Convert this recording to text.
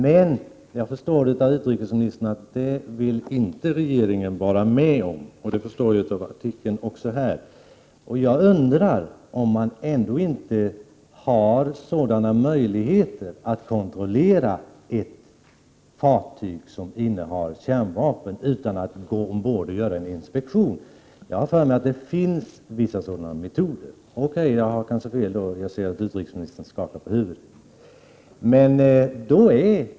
Men jag förstår av utrikesministerns inlägg här att regeringen inte vill vara med om något sådant. Det framgår också av den här tidningsartikeln. Jag undrar om man ändå inte har möjlighet att kontrollera ett fartyg som innehar kärnvapen utan att gå ombord och göra en inspektion. Jag har för mig att det finns vissa sådana metoder. Jag ser att utrikesministern skakar på huvudet. Okej, jag har kanske fel.